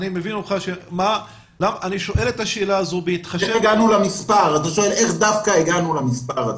אתה שואל איך הגענו דווקא למספר הזה.